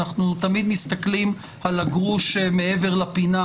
אנחנו תמיד מסתכלים על הגרוש שמעבר לפינה,